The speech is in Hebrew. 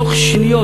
תוך שניות,